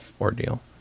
ordeal